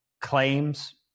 Claims